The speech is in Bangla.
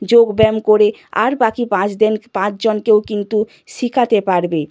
যোগব্যায়াম করে আর বাকি পাঁচ দেন পাঁচ জনকেও কিন্তু শেখাতে পারবে